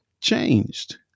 changed